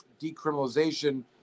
decriminalization